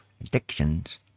addictions